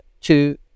two